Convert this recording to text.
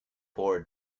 board